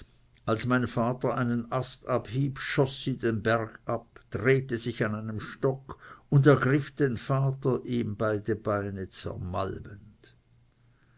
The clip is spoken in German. wie mein vater einen ast abhieb schoß sie den berg ab drehte sich an einem stock und ergriff den vater ihm beide beine